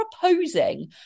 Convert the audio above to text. proposing